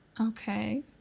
okay